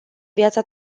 viața